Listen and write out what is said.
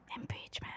Impeachment